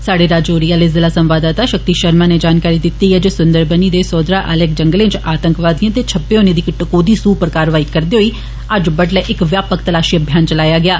साह्डे राजौरी आले जिला संवाददाता शक्ति शर्मा नै जानकारी दिती ऐ जे सुन्दरबनी दे सौदरा आले जंगलें च आतंकवादिएं दे छप्पे होने दी इक टकोह्दी सूह् उप्पर कारवाई करदे होई अज्ज बड्डले इक व्यापक तलाशी अभियान चलाया गेआ